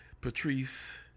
Patrice